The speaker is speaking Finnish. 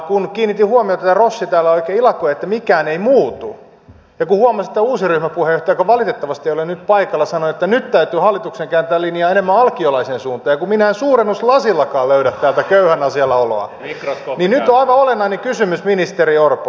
kun kiinnitin huomiota että rossi täällä oikein ilakoi että mikään ei muutu ja kun huomasin että uusi ryhmäpuheenjohtaja joka valitettavasti ei ole nyt paikalla sanoi että nyt täytyy hallituksen kääntää linjaa enemmän alkiolaiseen suuntaan ja kun minä en suurennuslasillakaan löydä täältä köyhän asialla oloa niin nyt on aivan olennainen kysymys ministeri orpo